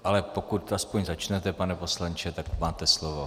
Ale pokud aspoň začnete, pane poslanče, tak máte slovo.